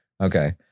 Okay